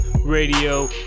radio